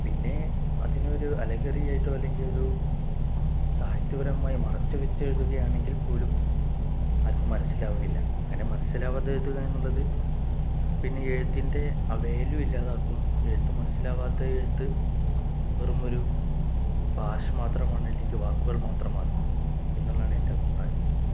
പിന്നെ അതിനൊരു അലകറിയായിട്ടോ അല്ലെങ്കിൽ ഒരു സാഹിത്യപരമായി മറച്ചു വച്ചു എഴുതുകയാണെങ്കിൽ പോലും അവർക്കും മനസ്സിലാകില്ല അങ്ങനെ മനസ്സിലാവാതെ എഴുതുക എന്നുള്ളത് പിന്നെ എഴുത്തിൻ്റെ ആ വേല്യു ഇല്ലാതാക്കും എഴുത്ത് മനസ്സിലാവാത്തെ എഴുത്ത് വെറുമൊരു ഭാഷ മാത്രമാണ് അല്ലെങ്കിൽ വാക്കുകൾ മാത്രമാണ് എന്നുള്ളതാണ് എൻ്റെ അഭിപ്രായം